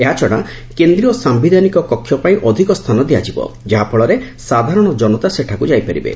ଏହାଛଡ଼ା କେନ୍ଦ୍ରୀୟ ସାୟିଧାନିକ କକ୍ଷପାଇଁ ଅଧିକ ସ୍ଥାନ ଦିଆଯିବ ଯାହାଫଳରେ ସାଧାରଣ ଜନତା ସେଠାକୁ ଯାଇପାରିବେ